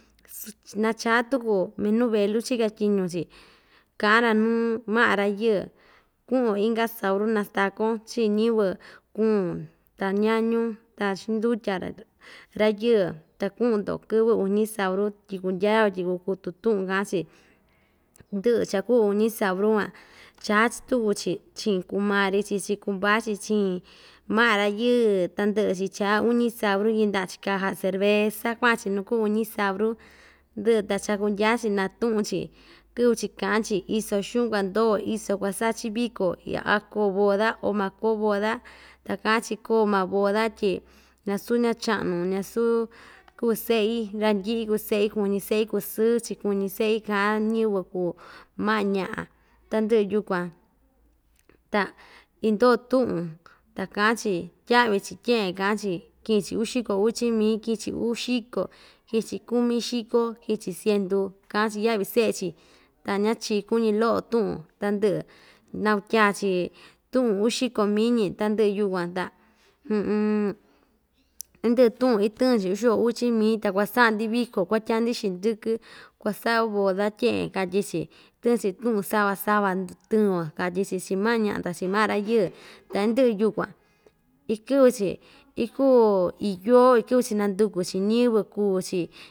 Nachaa tuku minuu velu chika tyiñu‑chi kaꞌan‑ra nuu maꞌa rayɨɨ kuꞌu‑yo inka sauru nastakon chii ñiyɨvɨ kuun ta ñañun ta xindutya‑ra rayɨɨ ta kuꞌun‑ndo kɨvɨ uñi sauru tyi kundyao tyi kukutu tuꞌun kaꞌan‑chi ndɨꞌɨ cha kuu uñi sauru van chaa tuku‑chi chiꞌin kumari‑chi chiꞌin kumpa‑chi chiꞌin maꞌa rayɨɨ tandɨꞌɨ‑chi chaa uñi sauru yɨndaꞌa‑chi caja cerveza kuaꞌan‑chi nu kuu uñi sauru ndɨꞌɨ ta chakundya‑chi natuꞌun‑chi kɨꞌvɨ‑chi kaꞌa‑chi iso xuꞌun kuando iso kuasaꞌa‑chi viko iya a koo boda o makoo boda ta kaꞌan‑chi koo maa boda tyi ñasu ñaꞌa chaꞌnu ñasuu kuu seꞌi randɨꞌɨ kuu seꞌi kuñi seꞌi kusɨ‑chi kuñi seꞌi kaꞌan ñiyɨvɨ kuu maꞌa ñaꞌa tandɨꞌɨ yukuan ta indoo tuꞌun ta kaꞌan‑chi tyaꞌvi‑chi tyeꞌen kaꞌan‑chi kiꞌin‑chi uxiko uchi mii kiꞌin‑chi uxiko kiꞌin‑chi kumixiko kiꞌin‑chi cientu kaꞌan‑chi yaꞌvi seꞌe‑chi ta ña chikun ñi‑loꞌo tuꞌun tandɨꞌɨ nakutya‑chi tuꞌun uxiko miñi ta ndɨꞌɨ yukuan ta indɨꞌɨ tuꞌun itɨn‑chi uxiko uchi mii ta kuasaꞌa‑ndi viko kuatya‑ndi xindɨkɨ kuasaꞌo boda tyeꞌen katyi‑chi tɨɨn‑chi tuꞌun sava sava tɨɨn‑yo katyi‑chi chi maꞌa ñaꞌa ta chi maꞌa rayɨɨ ta indɨꞌɨ yukuan ikɨꞌvɨ‑chi ikuu iin yoo ikɨꞌvɨ‑chi nanduku‑chi ñiyɨvɨ kuu‑chi.